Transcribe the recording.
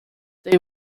they